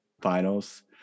finals